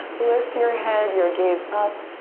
lift your head, your gaze up.